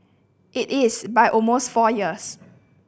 it is by almost four years